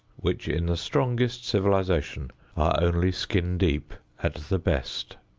which in the strongest civilization are only skin deep at the best.